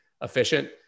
efficient